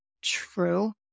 True